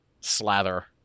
slather